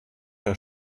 der